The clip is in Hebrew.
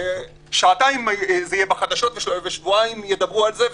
שעתיים זה יהיה בחדשות, ושבועיים ידברו על זה,